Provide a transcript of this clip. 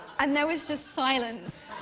and there was just silence.